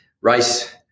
rice